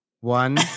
One